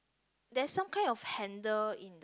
there's some kind of handle in